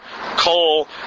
coal